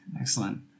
Excellent